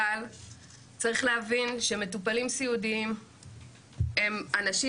אבל צריך להבין שמטופלים סיעודיים הם אנשים